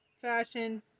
fashion